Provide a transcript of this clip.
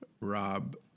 Rob